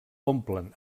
omplen